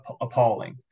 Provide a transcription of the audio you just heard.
appalling